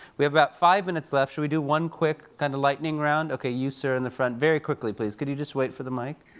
we have about five minutes left. should we do one quick kinda lightning round? okay, you sir in the front, very quickly please. could you just wait for the mic?